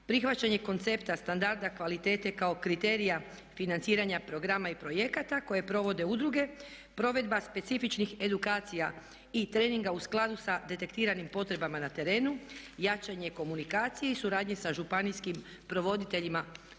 prihvaćanje koncepta standarda kvalitete kao kriterija financiranja programa i projekata koje provode udruge, provedba specifičnih edukacija i treninga u skladu sa detektiranim potrebama na terenu, jačanje komunikacije i suradnje sa županijskim provoditeljima